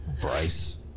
Bryce